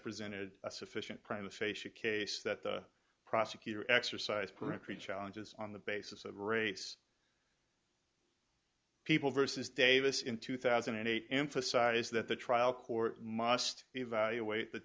presented a sufficient prima facia case that the prosecutor exercised peremptory challenges on the basis of race people versus davis in two thousand and eight emphasize that the trial court must evaluate the